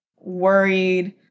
worried